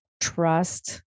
trust